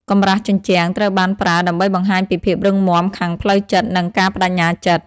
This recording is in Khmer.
កម្រាស់ជញ្ជាំង ត្រូវបានប្រើដើម្បីបង្ហាញពីភាពរឹងមាំខាងផ្លូវចិត្តនិងការប្តេជ្ញាចិត្ត។